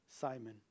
Simon